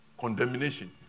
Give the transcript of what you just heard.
Condemnation